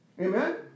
Amen